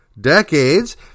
decades